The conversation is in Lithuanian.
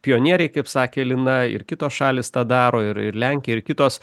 pionieriai kaip sakė lina ir kitos šalys tą daro ir ir lenkija ir kitos